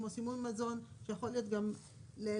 כמו סימון מזון שיכול להיות לאלרגנים,